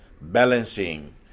balancing